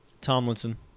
Tomlinson